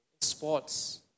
Sports